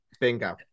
Bingo